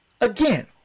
again